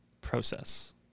process